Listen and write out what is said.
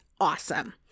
awesome